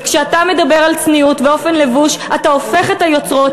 כשאתה מדבר על צניעות ואופן לבוש אתה הופך את היוצרות